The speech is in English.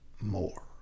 more